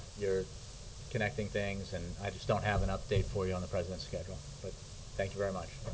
you're connecting things, and i just don't have an update for you on the president's schedule. but thank you very much.